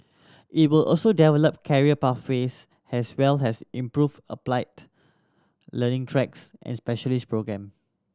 it will also develop career pathways as well as improve applied learning tracks and specialist programme